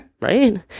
right